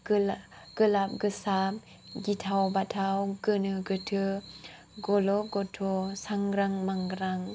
गोलाब गोसाब गिथाव बाथाव गोनो गोथो गल' गथ' सांग्रां मांग्रां